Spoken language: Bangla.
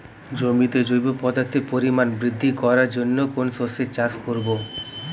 জমিতে জৈব পদার্থের পরিমাণ বৃদ্ধি করার জন্য কোন শস্যের চাষ করবো?